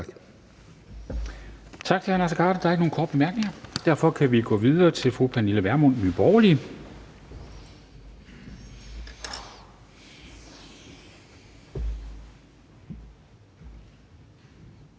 Tak til hr. Naser Khader. Der er ikke nogen korte bemærkninger, og derfor kan vi gå videre til fru Pernille Vermund, Nye Borgerlige. Kl.